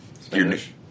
Spanish